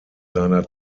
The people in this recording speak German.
seiner